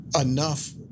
enough